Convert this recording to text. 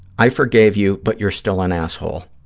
i forgave you but you're still an asshole.